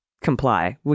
comply